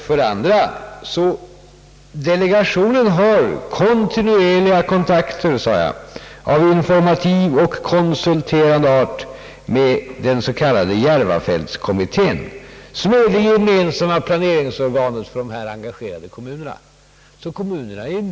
För det andra har delegationen kontinuerliga kontakter av informativ och konsulterande art med den s.k. järvafältskommittén, vilken är det gemensamma planeringsorganet för ifrågavarande kommuner.